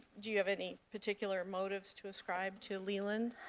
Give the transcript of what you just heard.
do you have any particular motive to ascribe to leland?